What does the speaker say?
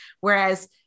Whereas